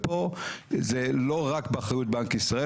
ופה זה לא רק באחריות בנק ישראל,